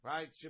Right